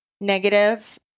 negative